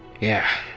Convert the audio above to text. yeah.